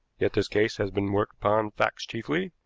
yet this case has been worked upon facts chiefly.